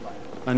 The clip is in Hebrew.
הסיכום.